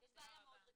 יש בעיה מאוד רצינית.